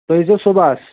تُہۍ ییٖزیٚو صُبحَس